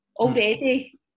Already